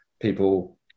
people